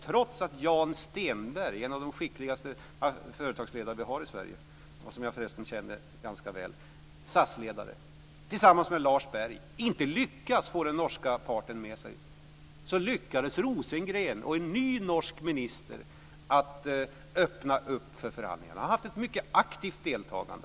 Trots att Jan Stenberg, SAS-ledaren - en av de skickligaste företagsledare vi har i Sverige, och som jag för övrigt känner ganska väl - tillsammans med Lars Berg inte lyckades få den norska parten med sig, lyckades Björn Rosengren och en ny norsk minister öppna upp för förhandlingar. Han har haft ett mycket aktivt deltagande.